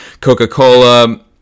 Coca-Cola